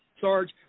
Sarge